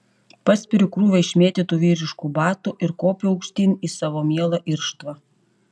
paspiriu krūvą išmėtytų vyriškų batų ir kopiu aukštyn į savo mielą irštvą